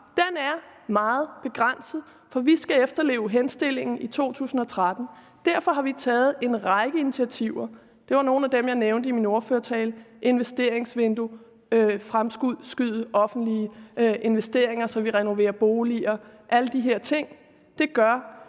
Den er meget begrænset, for vi skal efterleve henstillingen i 2013. Derfor har vi taget en række initiativer, og det var nogle af dem, jeg nævnte i min ordførertale: et investeringsvindue, at fremskynde offentlige investeringer, så vi renoverer boliger, alle de her ting. Det gør,